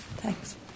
Thanks